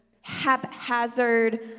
haphazard